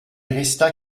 resta